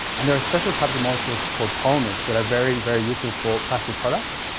and there are special types of molecules called polymers that are very, very useful for plastic products.